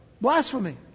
Blasphemy